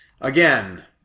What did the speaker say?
Again